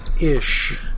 ish